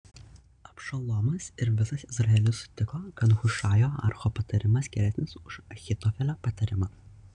abšalomas ir visas izraelis sutiko kad hušajo archo patarimas geresnis už ahitofelio patarimą